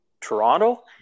Toronto